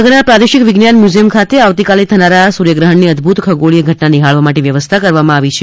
ભાવનગરના પ્રાદેશિક વિજ્ઞાન મ્યુઝિયમ ખાતે આવતીકાલે થનારા સૂર્યગ્રહણની અદભૂત ખગોળી ઘટના નિહાળવા માટે વ્યવસ્થા કરવામાં આવી છે